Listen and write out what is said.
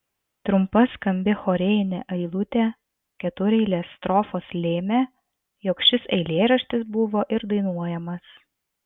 trumpa skambi chorėjinė eilutė ketureilės strofos lėmė jog šis eilėraštis buvo ir dainuojamas